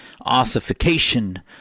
ossification